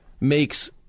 makes